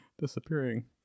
disappearing